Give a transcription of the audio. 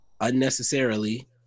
unnecessarily